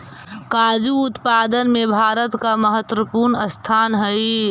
काजू उत्पादन में भारत का महत्वपूर्ण स्थान हई